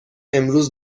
امروز